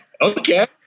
Okay